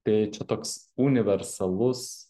tai čia toks universalus